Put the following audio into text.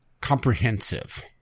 comprehensive